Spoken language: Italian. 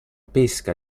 pesca